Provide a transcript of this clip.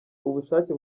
ubushake